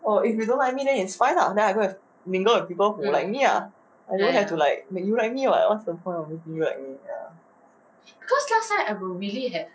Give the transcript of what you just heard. oh if you don't like me then it's fine ah then I don't have don't have people who like me ah I don't have to like you don't like me [what] what is the point of making you like me ya